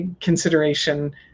consideration